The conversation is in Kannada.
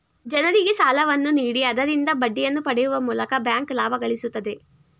ಜನರಿಗೆ ಸಾಲವನ್ನು ನೀಡಿ ಆದರಿಂದ ಬಡ್ಡಿಯನ್ನು ಪಡೆಯುವ ಮೂಲಕ ಬ್ಯಾಂಕ್ ಲಾಭ ಗಳಿಸುತ್ತದೆ